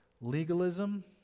Legalism